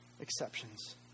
exceptions